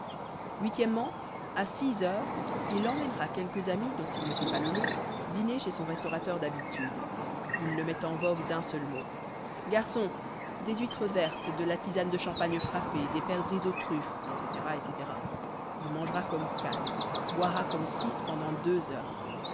o a six heures il emmènera quelques amis dont il ne sait pas le nom dîner chez son restaurateur d'habitude il le met en vogue d'un seul mot garçon des huîtres vertes de la tisane de champagne frappée des perdrix aux truffes etc etc il mangera comme quatre boira comme six pendant deux heures